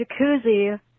jacuzzi